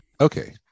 Okay